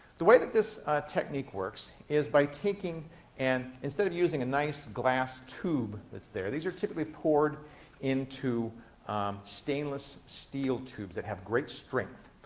the way that this technique works is by taking and, instead of using a nice glass tube that's there, these are typically poured into stainless steel tubes that have great strength.